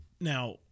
Now